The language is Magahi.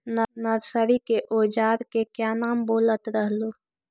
नरसरी के ओजार के क्या नाम बोलत रहलू?